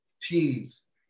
teams